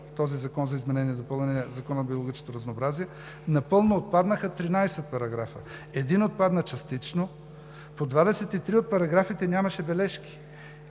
този закон за изменение и допълнение на Закона за биологичното разнообразие напълно отпаднаха 13 параграфа, един отпадна частично, по 23 от параграфите нямаше бележки